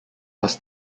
was